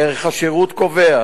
ערך השירות קובע